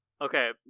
Okay